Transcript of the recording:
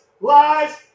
lies